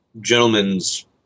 gentlemen's